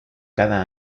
cada